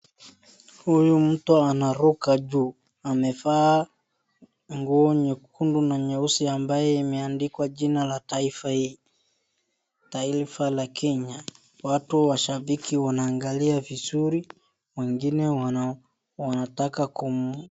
Huyu mtu anaruka juu amevaa nguo nyekundu na nyeusi ambaye imeandikwa jina la taifa hii, taifa la kenya. Watu washabiki wanaangalia vizuri wengine wanataka kum......